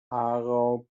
aarau